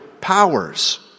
powers